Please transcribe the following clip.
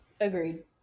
Agreed